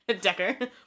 Decker